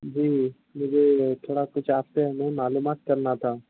جی مجھے تھوڑا کچھ آپ سے معلومات کرنا تھا